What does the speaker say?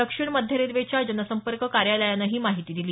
दक्षिण मध्य रेल्वेच्या जनसंपर्क कार्यालयानं ही माहिती दिली